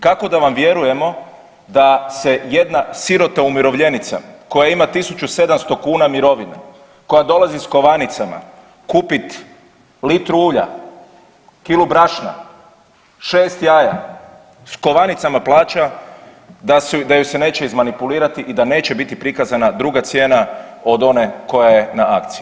Kako da vam vjerujemo da se jedna sirota umirovljenica koja ima 1.700 kuna mirovine, koja dolazi s kovanicama kupit litru ulja, kilu brašna, šest jaja s kovanicama plaća da ju se neće izmanipulirati i da neće biti prikazana druga cijena od one koja je na akciji?